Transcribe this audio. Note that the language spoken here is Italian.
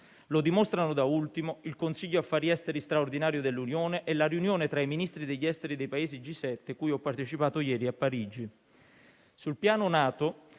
Lo dimostrano, da ultimo, il Consiglio affari esteri straordinario dell'Unione e la riunione tra i Ministri degli esteri dei Paesi G7, cui ho partecipato ieri a Parigi. Sul piano NATO,